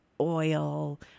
oil